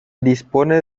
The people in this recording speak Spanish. dispone